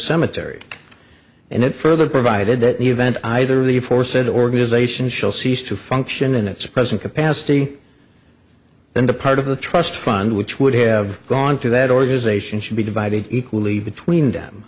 cemetery and it further provided that event either the aforesaid organization shall cease to function in its present capacity then the part of the trust fund which would have gone to that organization should be divided equally between them